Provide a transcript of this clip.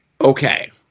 Okay